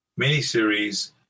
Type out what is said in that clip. miniseries